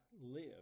live